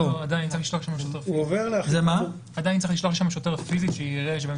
לא, עדיין צריך לשלוח לשם שוטר פיזית שיראה.